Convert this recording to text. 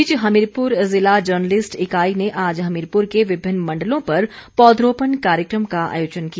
इस बीच हमीरपुर जिला जर्नलिस्ट इकाई ने आज हमीरपुर के विभिन्न मंडलों पर पौधरोपण कार्यक्रम का आयोजन किया